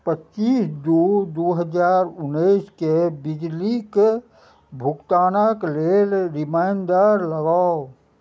पच्चीस दू दू हजार उन्नैसके बिजलीक भुगतानक लेल रिमाइंडर लगाउ